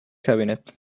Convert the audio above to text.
cabinet